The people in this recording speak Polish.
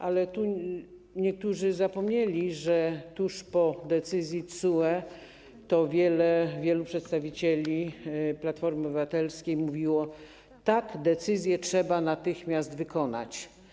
Ale tu niektórzy zapomnieli, że tuż po decyzji TSUE wielu przedstawicieli Platformy Obywatelskiej mówiło: tak, wyrok trzeba natychmiast wykonać.